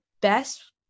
best